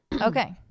Okay